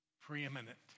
preeminent